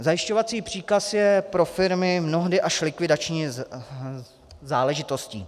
Zajišťovací příkaz je pro firmy mnohdy až likvidační záležitostí.